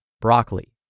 broccoli